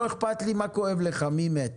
לא אכפת לי מה כואב לך ומי מת.